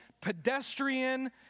pedestrian